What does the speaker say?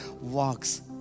walks